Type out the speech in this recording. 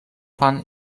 pan